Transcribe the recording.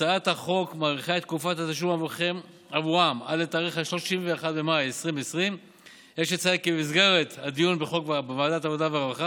הצעת החוק מאריכה את תקופת התשלום עבורם עד ל-31 במאי 2020. יש לציין כי במסגרת הדיון בחוק בוועדת העבודה והרווחה